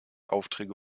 aufträge